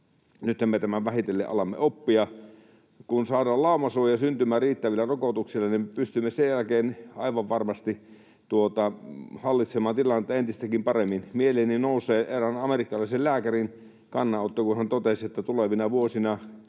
nythän me tämän vähitellen alamme oppia. Kun saadaan laumasuoja syntymään riittävillä rokotuksilla, niin pystymme sen jälkeen aivan varmasti hallitsemaan tilannetta entistäkin paremmin. Mieleeni nousee erään amerikkalaisen lääkärin kannanotto, kun hän totesi, että tulevina aikoina